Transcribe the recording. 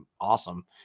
awesome